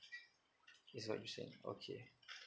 is what you're saying okay